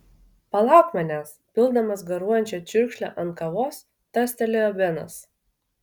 palauk manęs pildamas garuojančią čiurkšlę ant kavos tarstelėjo benas